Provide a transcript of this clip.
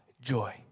joy